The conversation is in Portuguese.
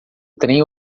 trem